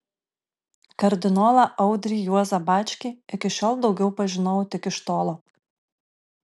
kardinolą audrį juozą bačkį iki šiol daugiau pažinojau tik iš tolo